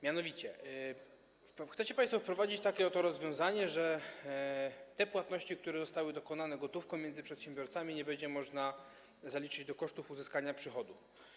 Mianowicie chcecie państwo wprowadzić takie oto rozwiązanie, że tych płatności, które zostały dokonane gotówką między przedsiębiorcami, nie będzie można zaliczyć do kosztów uzyskania przychodu.